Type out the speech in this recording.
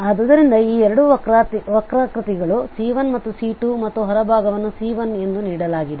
ಆದ್ದರಿಂದ ಈ ಎರಡು ವಕ್ರಾಕೃತಿಗಳು C1 ಮತ್ತು C2 ಮತ್ತು ಹೊರಭಾಗವನ್ನು C1 ಎಂದು ನೀಡಲಾಗಿದೆ